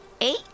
Eight